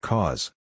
Cause